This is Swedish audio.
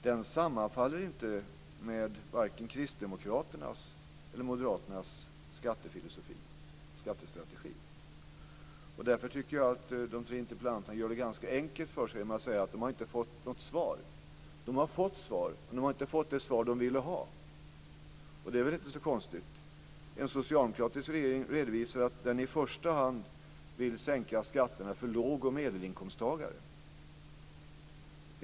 Den sammanfaller inte med vare sig Kristdemokraternas eller Moderaternas skattestrategi. Därför tycker jag att de tre interpellanterna gör det ganska enkelt för sig när de säger att de inte har fått något svar. De har fått svar, men de har inte fått det svar som de ville ha. Och det är väl inte så konstigt. En socialdemokratisk regering redovisar att den i första hand vill sänka skatterna för låg och medelinkomsttagare.